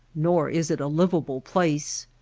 nor is it a livable place.